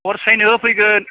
अर सायनो होफैगोन